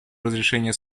разрешения